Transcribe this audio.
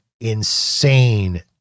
insane